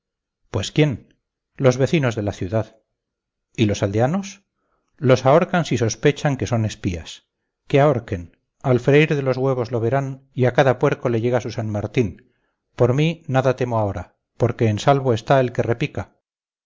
pues quién los vecinos de la ciudad y los aldeanos los ahorcan si sospechan que son espías que ahorquen al freír de los huevos lo verán y a cada puerco le llega su san martín por mí nada temo ahora porque en salvo está el que repica